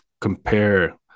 compare